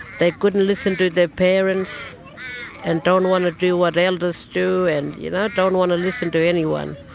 they couldn't listen to their parents and don't want to do what elders do and you know don't want to listen to anyone.